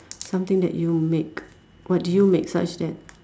something that you make what do you make such that